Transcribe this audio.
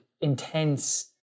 intense